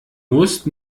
musst